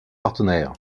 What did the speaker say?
partenaire